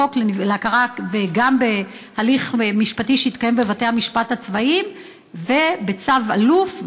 לחוק להכרה גם בהליך משפטי שיתקיים בבתי המשפט הצבאיים ובצו אלוף.